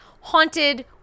haunted